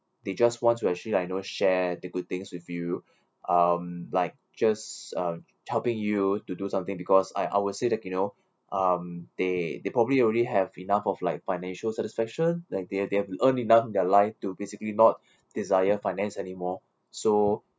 they just want to actually like you know share the good things with you um like just uh helping you to do something because I I would say that you know um they they probably already have enough of like financial satisfaction like they they have earn enough in their life to basically not desire finance anymore so